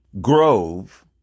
grove